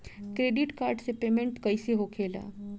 Credit card से payment कईसे होखेला?